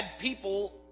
people